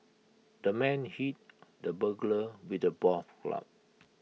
the man hit the burglar with A club